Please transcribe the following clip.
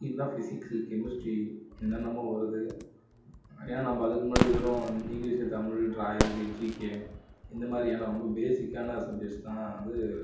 இது என்ன physics chemistry என்னென்னமோ வருது ஏன்னால் நம்ம அதுக்கு முன்னாடி வெறும் இங்கிலீஷு தமிழ் ட்ராயிங்கு ஜீகே இந்தமாதிரியான ரொம்ப பேஸிக்கான சப்ஜெக்ட்ஸ் தான் வந்து